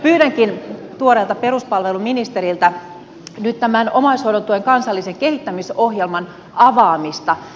pyydänkin tuoreelta peruspalveluministeriltä nyt tämän omaishoidon tuen kansallisen kehittämisohjelman avaamista